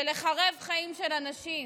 זה לחרב חיים של אנשים,